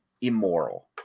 immoral